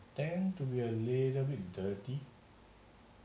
tend to be a little bit dirty